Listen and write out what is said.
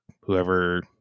Whoever